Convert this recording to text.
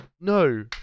no